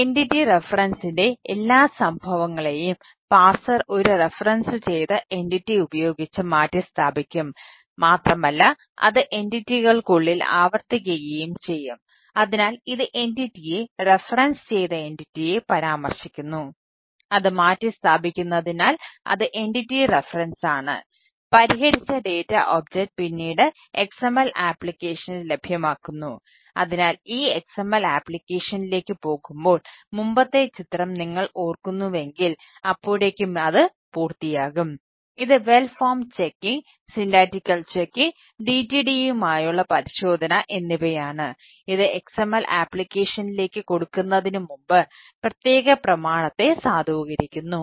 entity റഫറൻസിന്റെ കൊടുക്കുന്നതിന് മുമ്പ് പ്രത്യേക പ്രമാണത്തെ സാധൂകരിക്കുന്നു